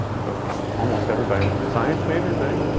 so almost everybody. science majors? any?